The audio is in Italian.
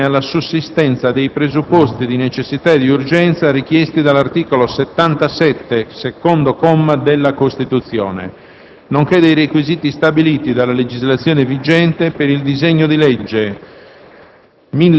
in ordine alla sussistenza dei presupposti di necessità e di urgenza richiesti dall'articolo 77, secondo comma, della Costituzione, nonché dei requisiti stabiliti dalla legislazione vigente, per il disegno di legge